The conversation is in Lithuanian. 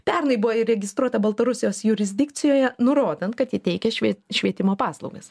pernai buvo įregistruota baltarusijos jurisdikcijoje nurodant kad ji teikia švie švietimo paslaugas